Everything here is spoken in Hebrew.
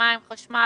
מים וחשמל.